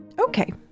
Okay